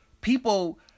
People